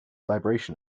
vibration